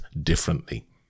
differently